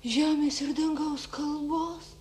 žemės ir dangaus kalbos